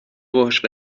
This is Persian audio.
باهاش